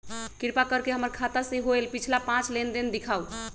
कृपा कर के हमर खाता से होयल पिछला पांच लेनदेन दिखाउ